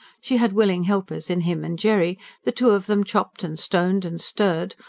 she had willing helpers in him and jerry the two of them chopped and stoned and stirred,